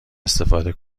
استفاده